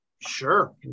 Sure